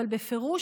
כמובן.